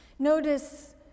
Notice